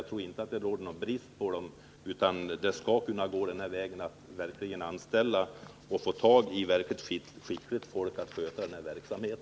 Jag tror inte att det råder någon brist på sådana, utan det bör gå att anställa verkligt skickligt folk att sköta denna verksamhet.